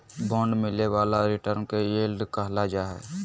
bond से मिलय वाला रिटर्न के यील्ड कहल जा हइ